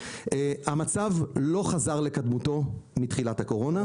המצב לא חזר לקדמותו מתחילת הקורונה.